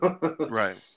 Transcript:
Right